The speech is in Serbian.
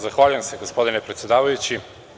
Zahvaljujem se gospodine predsedavajući.